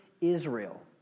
Israel